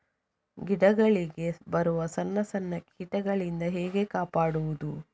ಗಿಡಗಳಿಗೆ ಬರುವ ಸಣ್ಣ ಸಣ್ಣ ಕೀಟಗಳಿಂದ ಹೇಗೆ ಕಾಪಾಡುವುದು?